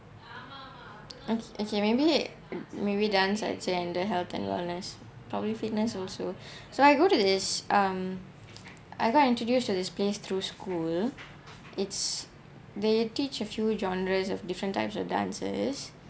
okay okay maybe maybe dance lah I say in the health and wellness probably fitness also so I go to this um I got introduced to this place through school it's they teach a few genres of different types of dances